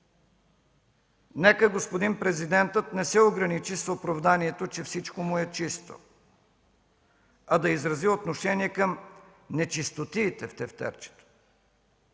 Нека господин президентът не се ограничи с оправданието, че всичко му е чисто, а да изрази отношение към нечистотиите в тефтерчето.